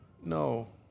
no